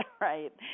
right